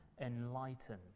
enlightened